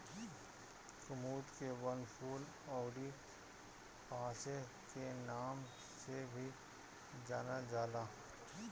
कुमुद के वनफूल अउरी पांसे के नाम से भी जानल जाला